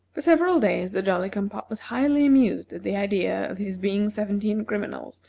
for several days the jolly-cum-pop was highly amused at the idea of his being seventeen criminals,